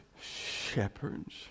shepherds